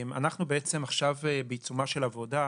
אנחנו עכשיו בעצם בעיצומה של עבודה,